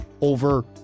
over